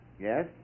Yes